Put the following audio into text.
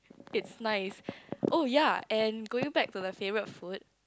it's nice oh ya and going back to the favorite food